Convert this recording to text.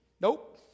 Nope